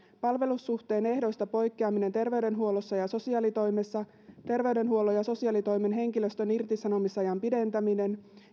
palvelussuhteen ehdoista poikkeaminen terveydenhuollossa ja sosiaalitoimessa terveydenhuollon ja sosiaalitoimen henkilöstön irtisanomisajan pidentäminen